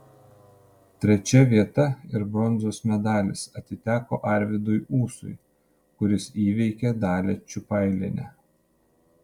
trečia vieta ir bronzos medalis atiteko arvydui ūsui kuris įveikė dalią čiupailienę